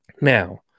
Now